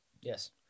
Yes